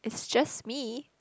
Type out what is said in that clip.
it's just me